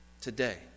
Today